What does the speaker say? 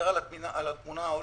על התמונה ההוליסטית,